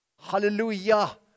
Hallelujah